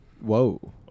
Whoa